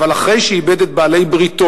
אבל אחרי שאיבד את בעלי-בריתו,